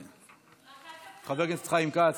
רק אל תפריעו בכביש 1. חבר הכנסת חיים כץ,